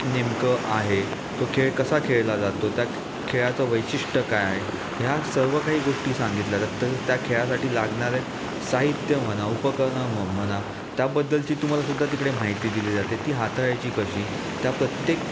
नेमकं आहे तो खेळ कसा खेळला जातो त्या खेळाचं वैशिष्ट्य काय आहे ह्या सर्व काही गोष्टी सांगितल्या जातात तसंच त्या खेळासाठी लागणारे साहित्य म्हणा उपक्रम म्हणा त्याबद्दलची तुम्हालासुद्धा तिकडे माहिती दिली जाते ती हाताळायची कशी त्या प्रत्येक